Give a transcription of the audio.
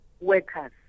workers